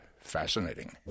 fascinating